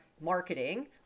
marketing